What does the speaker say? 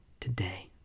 today